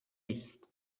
است